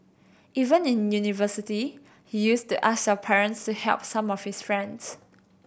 even in university he used to ask our parents to help some of his friends